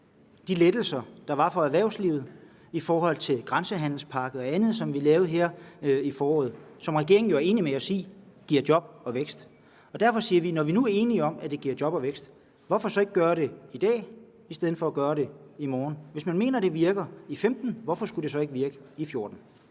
de lettelser, der er for erhvervslivet i grænsehandelspakken og i andet, som vi har lavet her i foråret, og som regeringen i øvrigt er enig med os i giver job og vækst. Derfor siger vi, at når man nu er enige om, at det giver job og vækst, hvorfor så ikke gøre det i dag i stedet for at gøre det i morgen? Hvis man mener, at det virker i 2015, hvorfor skulle det så ikke virke i 2014?